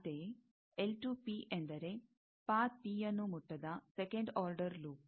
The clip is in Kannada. ಅಂತೆಯೇ ಎಂದರೆ ಪಾತ್ ಪಿಯನ್ನು ಮುಟ್ಟದ ಸೆಕಂಡ್ ಆರ್ಡರ್ ಲೂಪ್